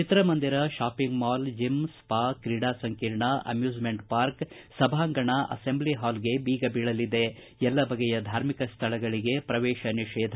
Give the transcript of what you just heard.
ಚಿತ್ರಮಂದಿರ shopping mall gym ಸ್ವಾ ಕ್ರೀಡಾ ಸಂಕೀರ್ಣ ಅಮ್ಯೂಸ್ಮೆಂಟ್ ಪಾರ್ಕ್ ಸಭಾಂಗಣ ಅಸೆಂಬ್ಲ ಹಾಲ್ಗೆ ಬೀಗ ಎಲ್ಲ ಬಗೆಯ ಧಾರ್ಮಿಕ ಸ್ವಳಗಳಿಗೆ ಪ್ರವೇಶ ನಿಷೇಧ